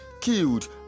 killed